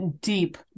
deep